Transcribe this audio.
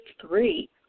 three